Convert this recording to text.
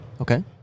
Okay